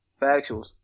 Factuals